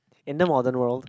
in the modern world